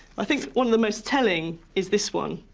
i think one of the most telling is this one.